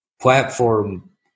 platform